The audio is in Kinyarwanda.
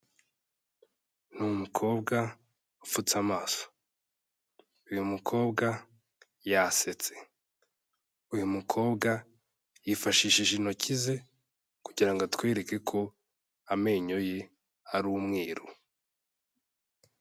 Ni umukobwa upfutse amaso, uyu mukobwa yasetse, uyu mukobwa yifashishije intoki ze kugira ngo atwereke ko amenyo ye ari umweru.